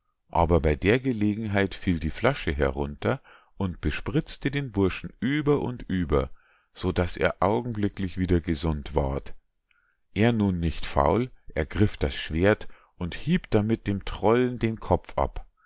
aber bei der gelegenheit fiel die flasche herunter und bespritzte den burschen über und über so daß er augenblicklich wieder gesund ward er nun nicht faul ergriff das schwert und hieb damit dem trollen den kopf ab